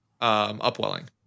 Upwelling